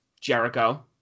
Jericho